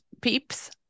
peeps